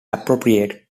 appropriate